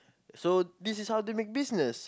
so this is how they make business